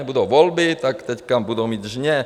Budou volby, tak teď budou mít žně.